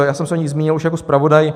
Já jsem se o ní zmínil už jako zpravodaj.